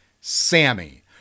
Sammy